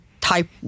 type